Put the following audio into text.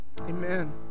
Amen